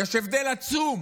יש הבדל עצום